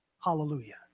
Hallelujah